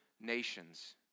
nations